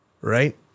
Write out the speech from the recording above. right